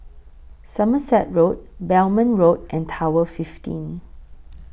Somerset Road Belmont Road and Tower fifteen